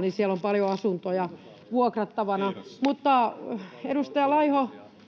niin siellä on paljon asuntoja vuokrattavana, mutta edustaja Laiho,